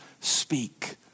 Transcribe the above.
speak